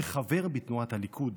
כחבר בתנועת הליכוד